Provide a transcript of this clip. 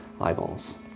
eyeballs